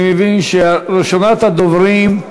אני מבין שראשונת הדוברים,